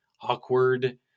awkward